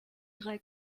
drei